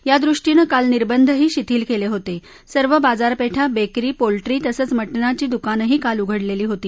यादृष्टीनं काल निर्दंधही शिथील कळिज्ञीत सर्व बाजारपछा बळ्ळी पोल्ट्री तसंच मटणाची दुकानंही काल उघडलीी होती